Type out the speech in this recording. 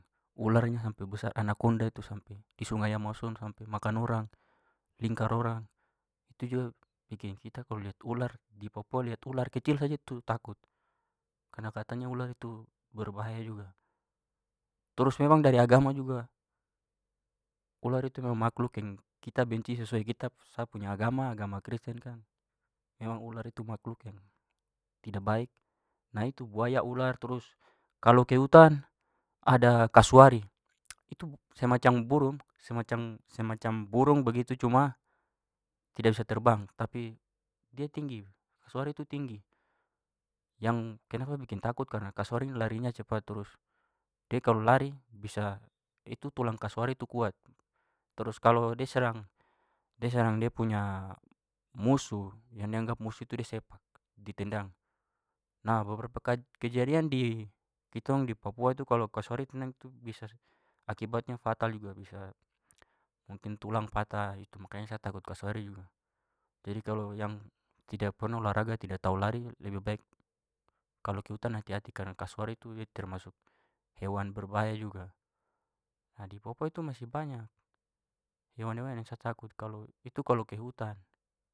Ularnya sampai besar- anaconda itu sampai- di sungai amazon sampai makan orang, lingkar orang. Itu juga bikin kita kalau lihat ular- di papua lihat ular, kecil saja tu takut, karena katanya ular itu berbahaya juga. Terus memang dari agama juga ular itu memang makhluk yang kita benci. Sesuai kitab sa punya agama, agama kristen kan, memang ular itu makhluk yang tidak baik. Nah, itu, buaya, ular, terus- kalau ke hutan ada kasuari. Itu semacam burung- semacam- semacam burung begitu cuma tidak bisa terbang. Tapi dia tinggi. Kasuari itu tinggi. Yang kenapa bikin takut karena kasuari ini larinya cepat. Terus dia kalau lari bisa- itu tulang kasuari tu kuat. Terus kalau dia serang- dia serang dia punya musuh, yang dia anggap musuh itu da sepak, ditendang. Nah, beberapa kejadian di kitong di papua itu kalau kasuari tendang itu bisa akibatnya fatal juga. Bisa mungkin tulang patah. Itu makanya sa takut kasuari juga. Jadi kalau yang tidak pernah olahraga, tidak tahu lari, lebih baik kalau ke hutan hati-hati karena kasuari tu termasuk hewan berbahaya juga. Ha, di papua itu masih banyak hewan-hewan yang sa takut. Kalau- itu kalau ke hutan.